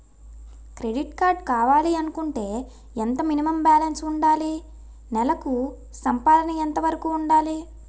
Credit card కావాలి అనుకుంటే ఎంత మినిమం బాలన్స్ వుందాలి? నెల సంపాదన ఎంతవరకు వుండాలి?